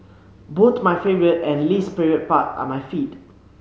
both my favourite and least favourite part are my feet